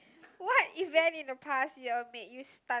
what event in the past year make you stunned